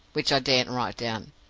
which i daren't write down,